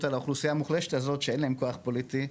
על האוכלוסייה המוחלשת הזו שאין להם כוח פוליטי,